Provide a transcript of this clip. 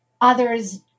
others